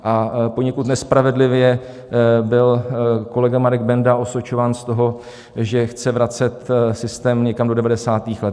A poněkud nespravedlivě byl kolega Marek Benda osočován z toho, že chce vracet systém někam do 90. let.